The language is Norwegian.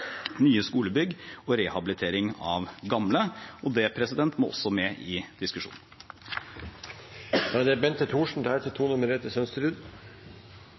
nye skolebygg og rehabilitering av gamle. Det må også med i diskusjonen. Det er